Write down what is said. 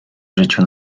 życiu